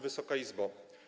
Wysoka Izbo!